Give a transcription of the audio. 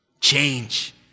Change